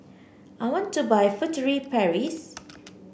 I want to buy Furtere Paris